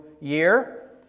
year